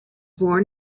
born